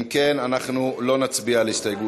אם כן, לא נצביע על הסתייגות